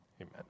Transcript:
Amen